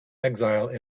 exile